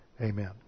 Amen